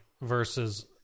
versus